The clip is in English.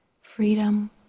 freedom